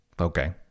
Okay